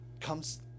comes